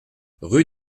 rue